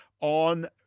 on